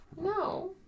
No